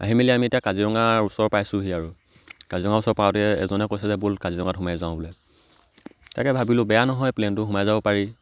আহি মেলি আমি এতিয়া কাজিৰঙাৰ ওচৰ পাইছোঁহি আৰু কাজিৰঙা ওচৰত পাওঁতে এজনে কৈছে যে বোল কাজিৰঙাত সোমাই যাওঁ বোলে তাকে ভাবিলোঁ বেয়া নহয় প্লেনটো সোমাই যাব পাৰি